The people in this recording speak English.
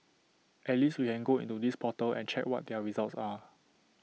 at least we can go into this portal and check what their results are